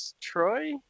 troy